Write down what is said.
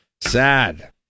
Sad